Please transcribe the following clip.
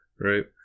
right